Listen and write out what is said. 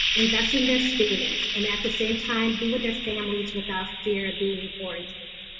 invest in their students, and at the same time, be with their families without fear of being quarantined.